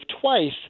twice